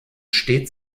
steht